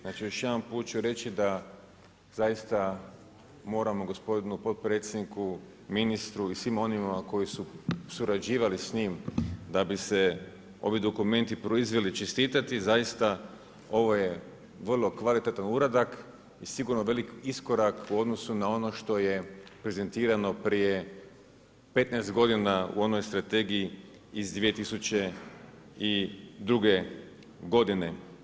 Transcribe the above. Znači još jedan put ću reći da zaista moramo gospodinu potpredsjedniku, ministru i svim onima koji su surađivali sa njim da bi se ovi dokumenti proizveli čestitati, zaista ovo je vrlo kvalitetan uradak i sigurno velik iskorak u odnosu na ono što je prezentirano prije 15 godina u onoj strategiji iz 2002. godine.